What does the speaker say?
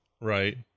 Right